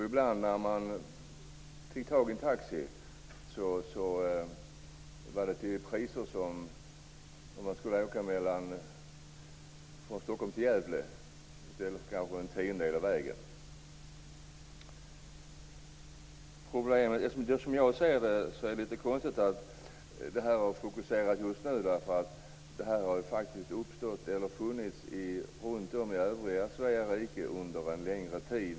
Ibland, när man fick tag i en taxi, låg priserna på nivåer som hade passat bättre om man hade åkt från Stockholm till Gävle i stället för en tiondel av den vägen. Som jag ser det är det konstigt att man har fokuserat på detta just nu. Problemen har funnits runt omkring i övriga delar av Svea rike under en längre tid.